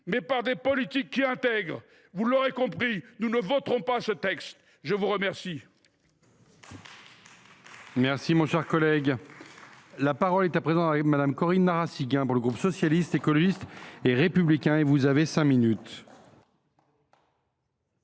mais par des politiques qui intègrent. Vous l’aurez compris, nous ne voterons pas ce texte. La parole